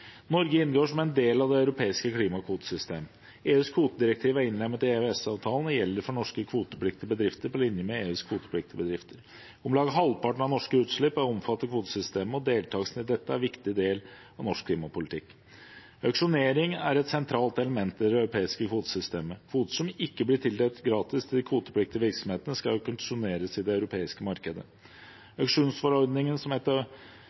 Norge inngår som en del av det europeiske klimakvotesystemet. EUs kvotedirektiv er innlemmet i EØS-avtalen og gjelder for norske kvotepliktige bedrifter på linje med EUs kvotepliktige bedrifter. Om lag halvparten av norske utslipp er omfattet av kvotesystemet, og deltakelsen i dette er en viktig del av norsk klimapolitikk. Auksjonering er et sentralt element i det europeiske kvotesystemet. Kvoter som ikke blir tildelt gratis til de kvotepliktige virksomhetene, skal bortauksjoneres i det europeiske markedet. Auksjonsforordningen som etablerer en metode for bortauksjonering av